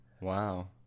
Wow